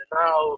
now